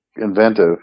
inventive